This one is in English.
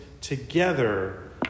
together